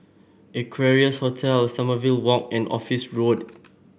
Equarius Hotel Sommerville Walk and Office Road